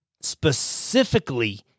specifically